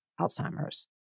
Alzheimer's